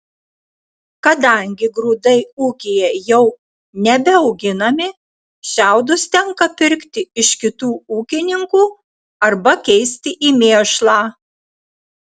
kadangi grūdai ūkyje jau nebeauginami šiaudus tenka pirkti iš kitų ūkininkų arba keisti į mėšlą